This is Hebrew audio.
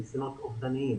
ניסיונות אובדניים,